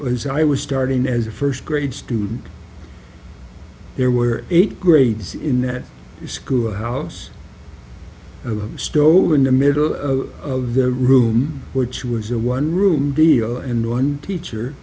was i was starting as a first grade student there were eight grades in that schoolhouse stove in the middle of the room which was a one room deal and one teacher